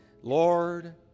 Lord